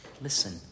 listen